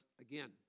again